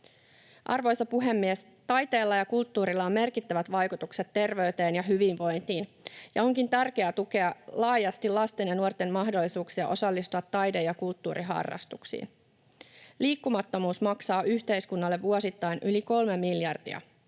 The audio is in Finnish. Arvoisa puhemies! Taiteella ja kulttuurilla on merkittävät vaikutukset terveyteen ja hyvinvointiin, ja onkin tärkeää tukea laajasti lasten ja nuorten mahdollisuuksia osallistua taide- ja kulttuuriharrastuksiin. Liikkumattomuus maksaa yhteiskunnalle vuosittain yli kolme miljardia.